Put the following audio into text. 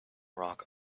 rock